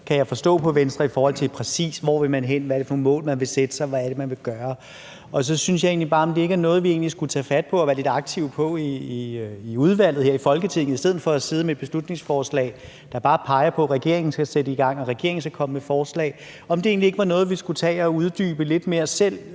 er rigtig mange ubekendte, kan jeg forstå på Venstre, i forhold til hvor man præcis vil hen, hvad det er for nogle mål, man vil sætte sig, og hvad det er, man vil gøre, og så synes jeg egentlig bare, jeg vil spørge, om det ikke er noget, vi skulle tage fat på og være lidt aktive på i udvalget her i Folketinget i stedet for at sidde med et beslutningsforslag, der bare peger på, at regeringen skal sætte i gang, og at regeringen skal komme med forslag. Var det egentlig ikke noget, vi skulle tage og uddybe lidt mere selv